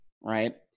Right